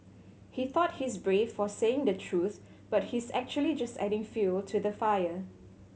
he thought he's brave for saying the truth but he's actually just adding fuel to the fire